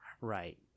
Right